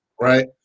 right